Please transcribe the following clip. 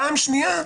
פעם שנייה,